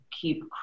keep